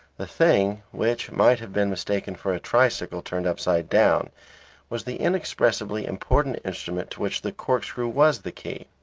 the thing which might have been mistaken for a tricycle turned upside-down was the inexpressibly important instrument to which the corkscrew was the key.